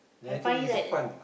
I find it that